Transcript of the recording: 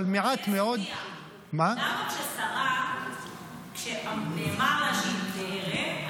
אבל מעט מאוד --- למה כשנאמר לשרה שהיא תהרה,